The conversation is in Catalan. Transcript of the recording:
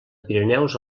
pirineus